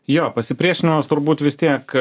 jo pasipriešinimas turbūt vis tiek